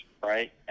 Right